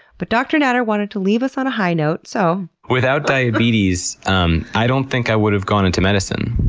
but dr. natter wanted to leave us on a high note, so, without diabetes um i don't think i would've gone into medicine.